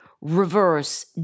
reverse